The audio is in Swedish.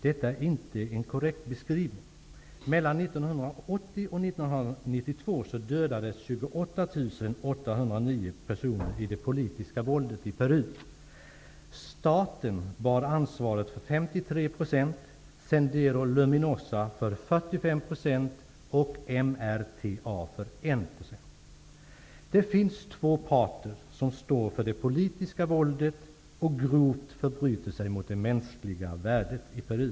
Detta är inte en korrekt beskrivning. Mellan 1980 och 1992 dödades 28 809 personer i det politiska våldet i Peru. Staten bar ansvaret för 1 % av dessa dödsfall. Det finns två parter som står för det politiska våldet och som grovt förbryter sig mot de mänskliga värdet i Peru.